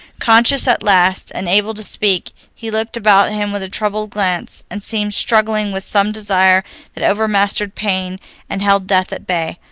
conscious at last, and able to speak, he looked about him with a troubled glance, and seemed struggling with some desire that overmastered pain and held death at bay.